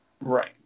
Right